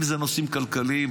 אם זה נושאים כלכליים,